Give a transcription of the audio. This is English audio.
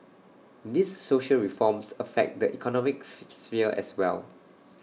these social reforms affect the economic sphere as well